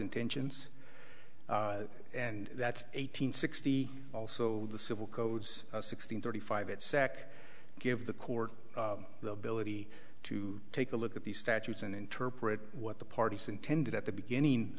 intentions and that's eight hundred sixty also the civil codes sixteen thirty five it sec give the court the ability to take a look at the statutes and interpret what the parties intended at the beginning